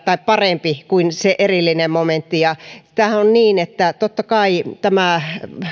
tai parempi kuin se erillinen momentti tämähän on niin että totta kai tämä